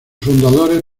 fundadores